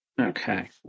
Okay